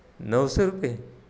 नऊशे रुपये